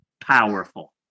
powerful